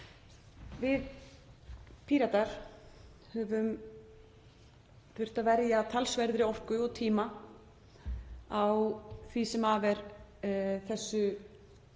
Við Píratar höfum þurft að verja talsverðri orku og tíma það sem af er þessu